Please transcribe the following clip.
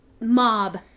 mob